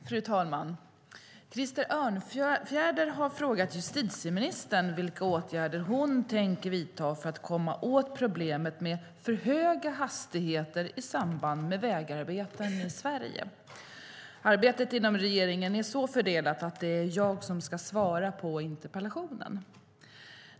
Fru talman! Krister Örnfjäder har frågat justitieministern vilka åtgärder hon tänker vidta för att komma åt problemet med för höga hastigheter i samband med vägarbeten i Sverige. Arbetet inom regeringen är så fördelat att det är jag som ska svara på interpellationen.